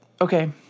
okay